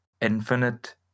infinite